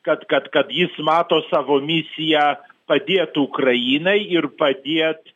kad kad kad jis mato savo misiją padėt ukrainai ir padėt